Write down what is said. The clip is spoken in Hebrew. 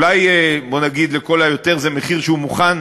אולי לכל היותר זה מחיר שהוא מוכן